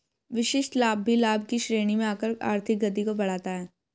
विशिष्ट लाभ भी लाभ की श्रेणी में आकर आर्थिक गति को बढ़ाता है